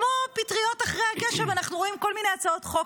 כמו פטריות אחרי הגשם אנחנו רואים כל מיני הצעות חוק